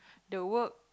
the work